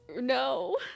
No